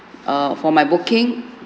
err for my booking